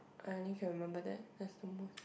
I only can remember that that's the most